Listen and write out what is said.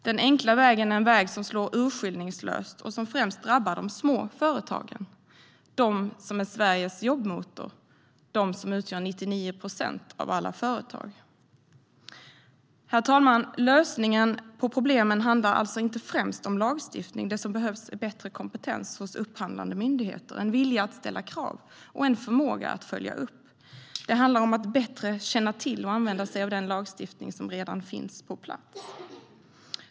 Den enkla vägen är en väg som slår urskillningslöst och som främst drabbar de små företagen, de som är Sveriges jobbmotor, de som utgör 99 procent av alla företag. Herr talman! Lösningen på problemen handlar alltså inte främst om lagstiftning. Det som behövs är bättre kompetens hos upphandlande myndigheter, en vilja att ställa krav och en förmåga att följa upp. Det handlar om att bättre känna till och använda sig av den lagstiftning som redan finns på plats.